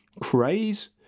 craze